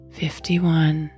fifty-one